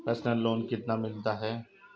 Personal loan कितना मिलता है?